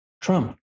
Trump